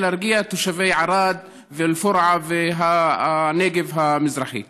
להרגיע את תושבי ערד ואל-פורעה והנגב המזרחי.